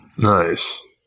Nice